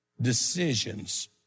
decisions